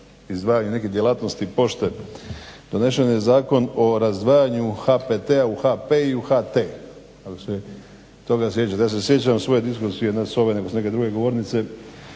nekih djelatnosti pošte, donesen je zakon o razdvajanju HPT-a u HP i u HT, ako se toga sjećate. Ja se sjećam svoje diskusije ne s ove nego s neke druge govornice